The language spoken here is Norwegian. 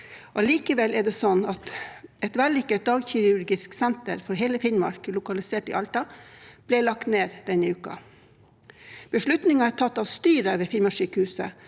Allikevel er det slik at et vellykket dagkirurgisk senter for hele Finnmark, lokalisert i Alta, ble lagt ned denne uken. Beslutningen er tatt av styret ved Finnmarkssykehuset,